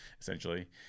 essentially